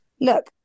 look